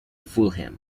fulham